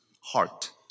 heart